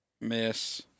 Miss